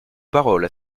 paroles